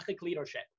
Leadership